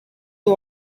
who